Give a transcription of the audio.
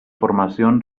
formación